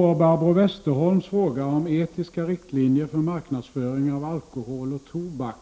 internationella regler, innehållande etiska riktlinjer för marknadsföring av alkohol och tobak.